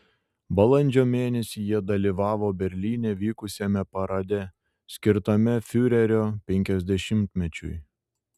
balandžio mėnesį jie dalyvavo berlyne vykusiame parade skirtame fiurerio penkiasdešimtmečiui